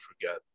forget